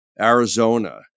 Arizona